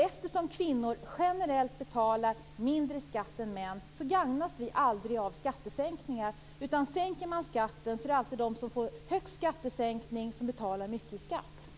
Eftersom kvinnor generellt betalar mindre skatt än män gagnas kvinnor aldrig av skattesänkningar. Sänker man skatten är det alltid de som betalar mycket i skatt som får störst skattesänkning.